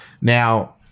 Now